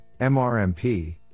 MRMP